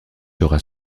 sera